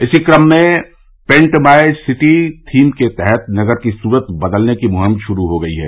इसी क्रम में पेन्ट माय सिटी थीम के तहत नगर की सूरत बदलने की मुहिम शुरू हो गई है